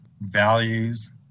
values